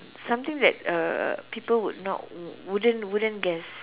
something that uh people would not wouldn't wouldn't guess